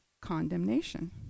condemnation